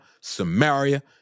Samaria